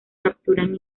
capturan